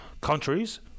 countries